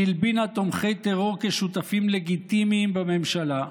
היא הלבינה תומכי טרור כשותפים לגיטימיים בממשלה,